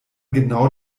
genau